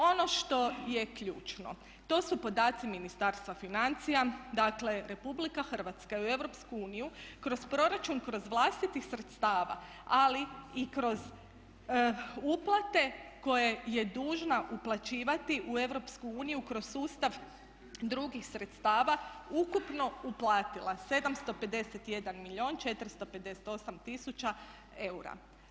Ono što je ključno to su podaci Ministarstva financija, dakle RH je u EU kroz proračun kroz vlastita sredstva ali i kroz uplate koje je dužna uplaćivati u EU kroz sustav drugih sredstava ukupno uplatila 751 milijun i 458 tisuća eura.